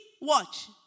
watch